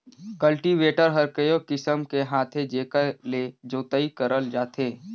cultivator हर कयो किसम के आथे जेकर ले जोतई करल जाथे